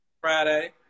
Friday